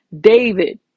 David